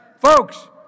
Folks